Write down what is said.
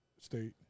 state